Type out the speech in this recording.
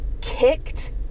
kicked